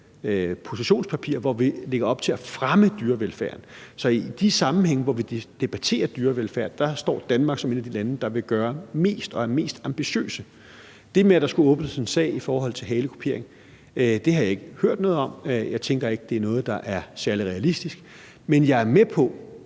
positionspapir, hvor vi lægger op til at fremme dyrevelfærden. Så i de sammenhænge, hvor vi debatterer dyrevelfærd, står Danmark som et af de lande, der vil gøre mest, og som er mest ambitiøse. Det med, at der skulle åbnes en sag om halekuperinger, har jeg ikke hørt noget om, og jeg tænker ikke, det er noget, der er særlig realistisk. Men jeg er med på,